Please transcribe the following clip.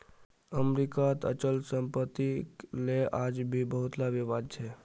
अमरीकात अचल सम्पत्तिक ले आज भी बहुतला विवाद छ